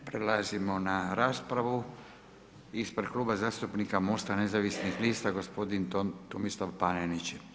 Prelazimo na raspravu ispred Kluba zastupnika Mosta nezavisnih lista gospodin Tomislav Panenić.